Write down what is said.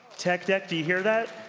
tech deck, do you hear that?